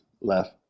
left